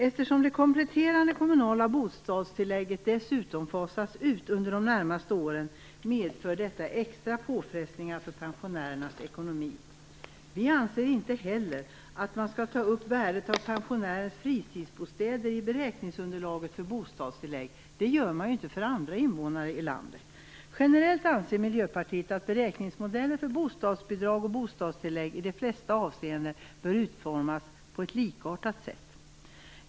Eftersom det kompletterande kommunala bostadstillägget dessutom fasas ut under de närmaste åren medför detta extra påfrestningar på pensionärernas ekonomi. Miljöpartiet anser inte heller att man skall ta upp värdet av pensionärers fritidsbostäder i beräkningsunderlaget för bostadstillägg. Det gör man ju inte för andra invånare i landet. Generellt anser Miljöpartiet att beräkningsmodellerna för bostadsbidrag och bostadstillägg i de flesta avseenden bör utformas på ett likartat sätt.